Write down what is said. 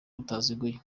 butaziguye